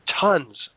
tons